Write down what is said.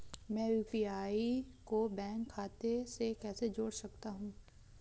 मैं यू.पी.आई को बैंक खाते से कैसे जोड़ सकता हूँ?